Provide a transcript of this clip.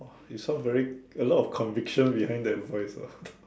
you sound very a lot of conviction behind that voice ah